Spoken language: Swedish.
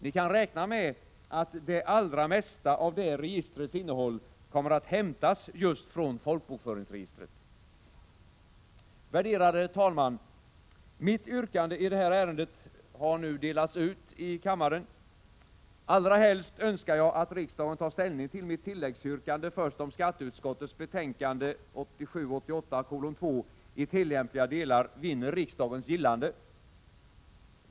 Ni kan räkna med att det allra mesta av det registrets innehåll kommer att hämtas just från folkbokföringsregistret. Fru talman! Mitt yrkande i det här ärendet har nu delats ut i kammaren. Allra helst önskar jag att riksdagen tar ställning till mitt tilläggsyrkande först om skatteutskottets hemställan i betänkande 1987/88:2 i tillämpliga delar vinner riksdagens gillande.